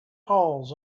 paws